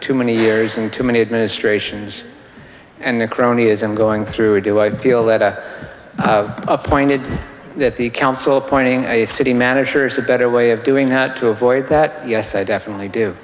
too many years in too many administrations and the cronyism going through or do i feel that i appointed that the council appointing a city manager is a better way of doing that to avoid that yes i definitely do